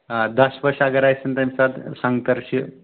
آ دَچھ وَچھ اَگر آسَن تَمہِ ساتہٕ سنٛگتَر چھِ